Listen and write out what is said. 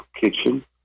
kitchen